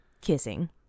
Kissing